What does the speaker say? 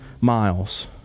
miles